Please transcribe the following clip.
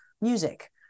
music